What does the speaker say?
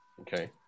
okay